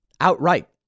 Outright